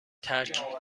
ترک